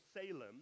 Salem